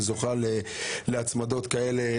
שזוכה לעשר הצמדות שכאלה.